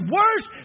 worse